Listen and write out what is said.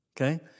Okay